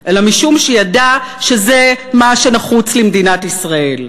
אלא משום שידע שזה מה שנחוץ למדינת ישראל.